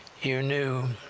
you knew